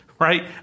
right